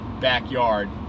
backyard